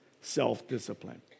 self-discipline